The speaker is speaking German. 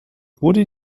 wurde